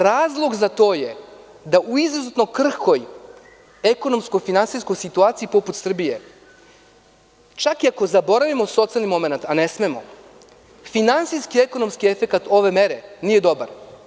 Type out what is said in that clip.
Razlog za to je da u izuzetno krhkoj ekonomsko-finansijskoj situaciji poput Srbije, čak i ako zaboravimo socijalni momenat, a ne smemo, finansijski i ekonomski efekat ove mere nije dobar.